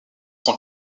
tant